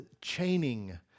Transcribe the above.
chaining